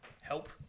help